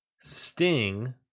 Sting